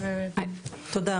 תודה.